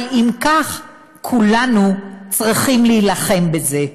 אבל אם כך, כולנו צריכים להילחם בזה.